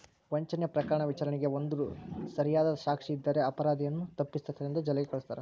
ವಂಚನೆ ಪ್ರಕರಣ ವಿಚಾರಣೆಗೆ ಬಂದ್ರೂ ಸರಿಯಾದ ಸಾಕ್ಷಿ ಇದ್ದರೆ ಅಪರಾಧಿಯನ್ನು ತಪ್ಪಿತಸ್ಥನೆಂದು ಜೈಲಿಗೆ ಕಳಸ್ತಾರ